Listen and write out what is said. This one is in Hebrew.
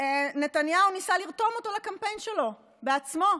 נתניהו ניסה לרתום אותו לקמפיין שלו בעצמו.